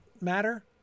matter